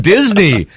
Disney